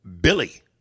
Billy